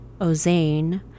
Ozane